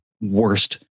worst